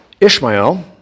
Ishmael